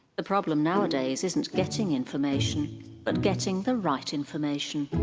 the problem nowadays isn't getting information but getting the right information.